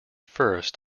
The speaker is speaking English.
first